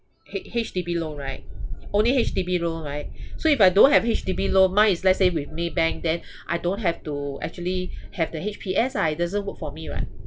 h H_D_B loan right only H_D_B loan right so if I don't have H_D_B loan mine is let's say with maybank then I don't have to actually have the H_P_S ah it doesn't work for me [what]